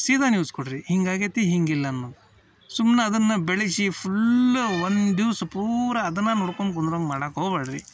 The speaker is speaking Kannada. ಸೀದ ನ್ಯೂಸ್ ಕೊಡಿರಿ ಹಿಂಗಾಗೈತಿ ಹೀಗಿಲ್ಲ ಅನ್ನೋದು ಸುಮ್ನೆ ಅದನ್ನು ಬೆಳೆಸಿ ಫುಲ್ ಒಂದು ದಿವ್ಸ ಪೂರ ಅದನ್ನು ನೋಡ್ಕೊಂಡು ಕುಂದ್ರುವಂಗೆ ಮಾಡೋಕೆ ಹೋಗ್ಬ್ಯಾಡ್ರಿ